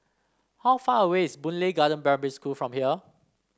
how far away is Boon Lay Garden Primary School from here